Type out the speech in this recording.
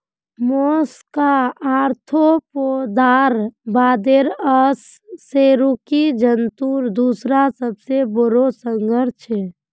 Mollusca आर्थ्रोपोडार बादे अकशेरुकी जंतुर दूसरा सबसे बोरो संघ छे